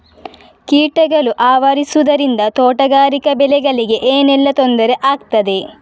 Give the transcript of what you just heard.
ಕೀಟಗಳು ಆವರಿಸುದರಿಂದ ತೋಟಗಾರಿಕಾ ಬೆಳೆಗಳಿಗೆ ಏನೆಲ್ಲಾ ತೊಂದರೆ ಆಗ್ತದೆ?